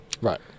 Right